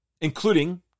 including